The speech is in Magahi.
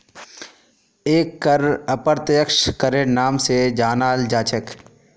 एक कर अप्रत्यक्ष करेर नाम स जानाल जा छेक